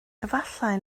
efallai